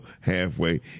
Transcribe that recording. halfway